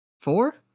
Four